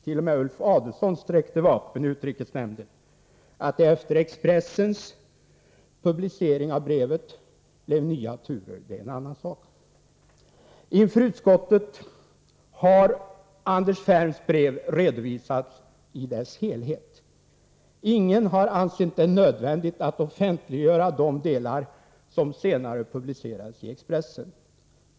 T. o. m. Ulf Adelsohn sträckte vapen i utrikesnämnden. Att det efter Expressens publicering av brevet blev nya turer är en annan sak. Inför utskottet har Anders Ferms brev redovisats i dess helhet. Ingen har ansett det nödvändigt att offentliggöra de delar som senare publicerades i Expressen.